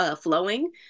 flowing